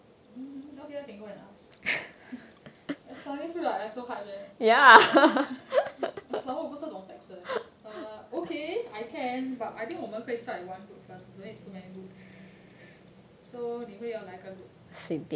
mm okay I can go and ask I suddenly feel like I so hype eh some more 我不是那种 texter uh okay I can but I think 我们可以 start with one group first don't need so many groups so 你会要来哪一个 group